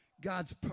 God's